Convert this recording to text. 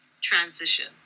transition